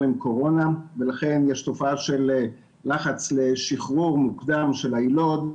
עם קורונה ולכן יש תופעה של לחץ לשחרור מוקדם של היילוד,